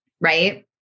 Right